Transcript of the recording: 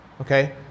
Okay